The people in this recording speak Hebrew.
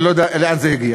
אני לא יודע לאן זה יגיע.